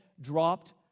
dropped